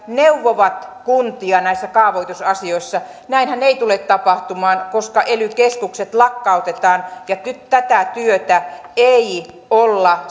neuvovat kuntia näissä kaavoitusasioissa näinhän ei tule tapahtumaan koska ely keskukset lakkautetaan ja tätä työtä ei olla